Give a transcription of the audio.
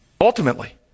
Ultimately